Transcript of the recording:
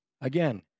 Again